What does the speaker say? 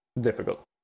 difficult